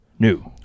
new